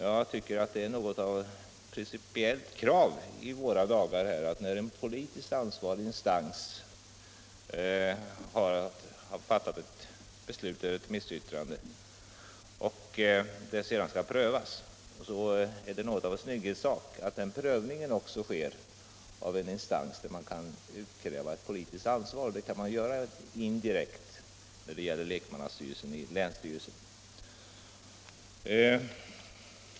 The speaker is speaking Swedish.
Jag tycker att det i våra dagar är något av ett principiellt snygghetskrav, i fall där en politisk ansvarig instans har fattat ett beslut efter ett remissyttrande och detta sedan skall prövas, att prövningen också sker i en instans som kan avkrävas ett politiskt ansvar. Det kan indirekt ske när det gäller länsstyrelsens lekmannastyrelse.